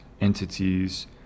entities